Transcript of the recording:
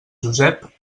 josep